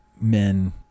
men